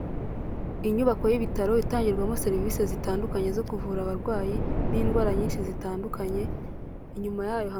Inyubako y'ibitaro, itangirwamo serivise zitandukanye zo kuvura abarwayi, n'indwara nyinshi zitandukanye, inyuma yayo.